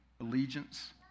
allegiance